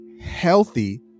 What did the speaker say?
healthy